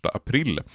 april